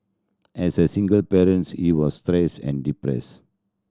as a single parents he was stressed and depressed